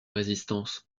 résistance